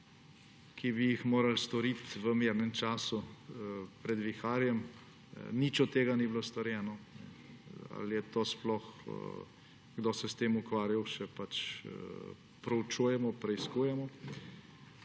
ki bi jih morali storiti v mirnem času pred viharjem. Nič od tega ni bilo storjeno. Ali se je sploh kdo s tem ukvarjal, še preučujemo, preiskujemo.